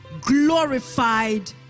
glorified